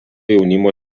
jaunimo